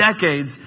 decades